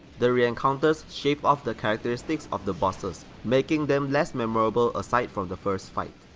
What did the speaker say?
the re-encounters shaved off the characteristics of the bosses, making them less memorable aside from the first fight.